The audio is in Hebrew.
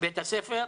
בית הספר,